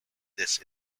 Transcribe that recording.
this